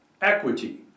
equity